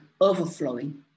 overflowing